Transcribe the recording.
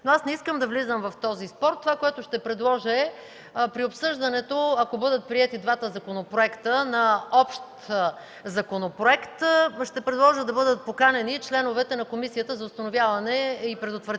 но аз не искам да влизам в този спор. Това, което ще предложа, е при обсъждането, ако бъдат приети двата законопроекта на общ законопроект, да бъдат поканени членовете на Комисията за предотвратяване